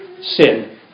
Sin